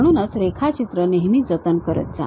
म्हणूनच रेखाचित्र नेहमी जतन करत जा